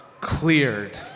cleared